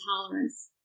tolerance